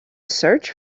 search